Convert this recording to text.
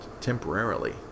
temporarily